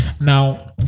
Now